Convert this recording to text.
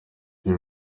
iyo